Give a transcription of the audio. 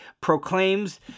proclaims